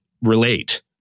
relate